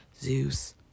Zeus